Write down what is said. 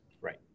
right